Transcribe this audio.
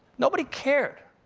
nobody cared.